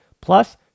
Plus